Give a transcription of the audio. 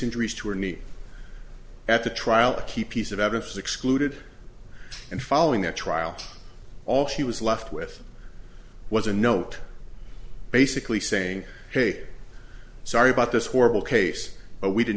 injuries to her knee at the trial a key piece of evidence excluded and following that trial all she was left with was a note basically saying hey sorry about this horrible case but we did